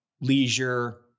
leisure